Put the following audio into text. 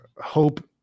hope